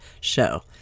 show